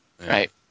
Right